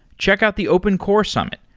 check out the open core summit,